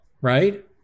Right